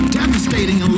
devastating